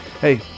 Hey